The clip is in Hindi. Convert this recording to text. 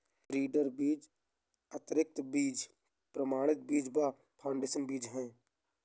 ब्रीडर बीज, अधिकृत बीज, प्रमाणित बीज व फाउंडेशन बीज है